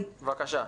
בבקשה.